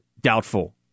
doubtful